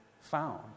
found